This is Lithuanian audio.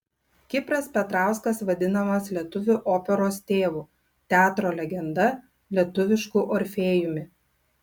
kipras petrauskas vadinamas lietuvių operos tėvu teatro legenda lietuvišku orfėjumi